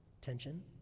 Tension